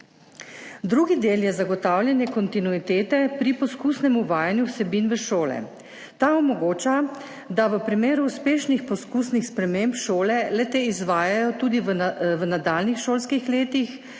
Drugi del je zagotavljanje kontinuitete pri poskusnem uvajanju vsebin v šole, ta omogoča, da v primeru uspešnih poskusnih sprememb šole le-te izvajajo tudi v nadaljnjih šolskih letih